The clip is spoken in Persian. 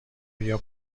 بیا